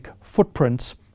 footprints